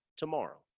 tomorrow